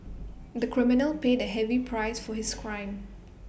the criminal paid A heavy price for his crime